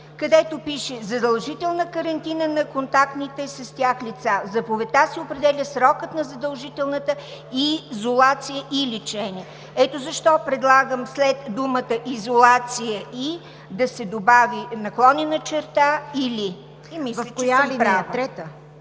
където пише: „задължителна карантина на контактните с тях лица“. В заповедта се определя срокът на задължителната изолация и лечение. Ето защо предлагам след думата „изолация и“ да се добави „наклонена черта или“. ПРЕДСЕДАТЕЛ ЦВЕТА